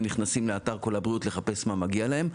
ונכנסים לאתר כל הבריאות כדי לחפש מה מגיע להם.